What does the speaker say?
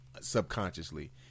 subconsciously